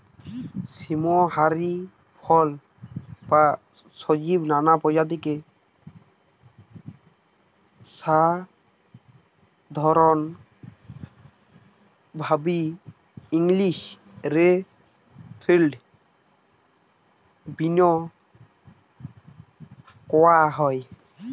সীম হারি ফল বা সব্জির নানা প্রজাতিকে সাধরণভাবি ইংলিশ রে ফিল্ড বীন কওয়া হয়